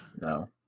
No